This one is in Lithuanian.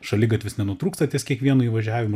šaligatvis nenutrūksta ties kiekvienu įvažiavimu